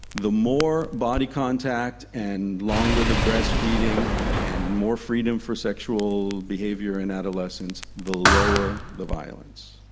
the more body contact and longer the breastfeeding and more freedom for sexual behaviour in adolescence, the lower the violence.